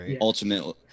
ultimately